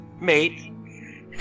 Mate